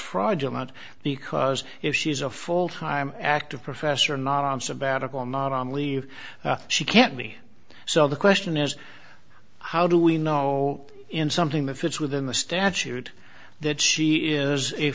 fraudulent because if she is a full time active professor not on sabbatical not on leave she can't be so the question is how do we know in something if it's within the statute that she is